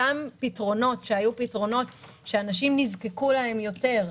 הפתרונות שאנשים נזקקו להם יותר,